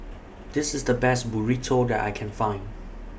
This IS The Best Burrito that I Can Find